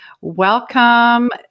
welcome